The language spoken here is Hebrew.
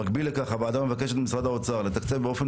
במקביל לכך הוועדה מבקשת ממשרד האוצר לתקצב באופן